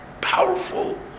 powerful